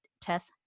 Tess